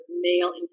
male